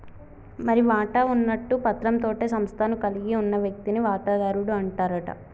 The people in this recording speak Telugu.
మరి వాటా ఉన్నట్టు పత్రం తోటే సంస్థను కలిగి ఉన్న వ్యక్తిని వాటాదారుడు అంటారట